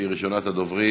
שהיא ראשונת הדוברים